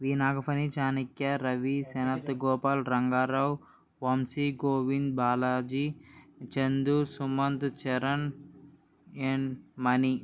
we Nagaphani Chanakya Ravi Sharath Gopal Rangarao Vamsi Govind Balaji Chandu Sumanth Charan N Mani